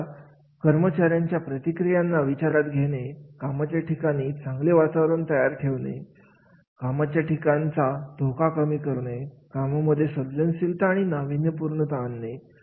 आता कर्मचाऱ्यांच्या प्रतिक्रियांना विचारात घेणे कामाचे ठिकाण आणि चांगले वातावरण तयार करणे कामाच्या ठिकाणचा धोका कमी करणे कामामध्ये सर्जनशीलता आणि नाविन्यपूर्ण आणणे